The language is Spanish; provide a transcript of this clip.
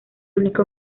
único